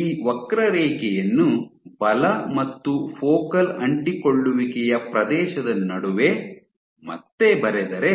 ಈ ವಕ್ರರೇಖೆಯನ್ನು ಬಲ ಮತ್ತು ಫೋಕಲ್ ಅಂಟಿಕೊಳ್ಳುವಿಕೆಯ ಪ್ರದೇಶದ ನಡುವೆ ಮತ್ತೆ ಬರೆದರೆ